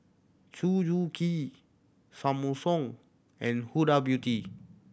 Suzuki Samsung and Huda Beauty